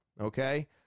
okay